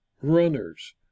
runners